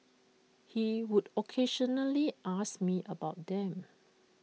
he would occasionally ask me about them